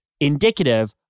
indicative